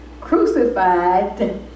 crucified